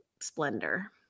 splendor